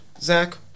Zach